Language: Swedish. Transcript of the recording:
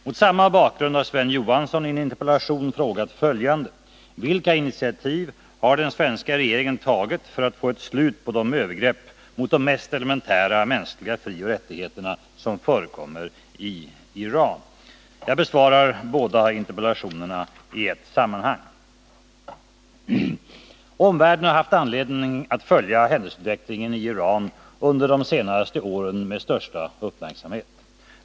Mot samma bakgrund har Sven Johansson i en interpellation frågat följande: Jag besvarar båda interpellationerna i ett sammanhang. Omvärlden har haft anledning att följa händelseutvecklingen i Iran under de senaste åren med största uppmärksamhet.